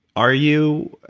are you,